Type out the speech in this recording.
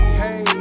hey